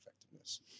effectiveness